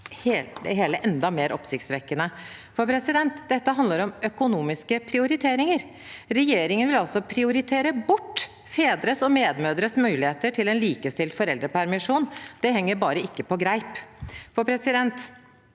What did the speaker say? det hele enda mer oppsiktsvekkende, for dette handlet om økonomiske prioriteringer. Regjeringen vil altså prioritere bort fedres og medmødres muligheter til en likestilt foreldrepermisjon. Det henger bare ikke på greip. Enda